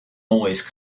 always